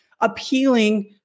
appealing